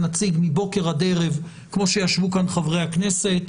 נציג מבוקר עד ערב כמו שישבו כאן חברי הכנסת.